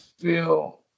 feel